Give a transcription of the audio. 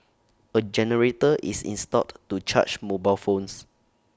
A generator is installed to charge mobile phones